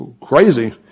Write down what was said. crazy